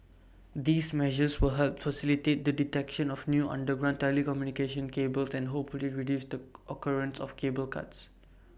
these measures will help facilitate the detection of new underground telecommunication cables and hopefully reduce the occurrence of cable cuts